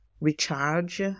recharge